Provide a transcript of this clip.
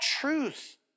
truth